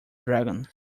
dragons